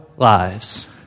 Lives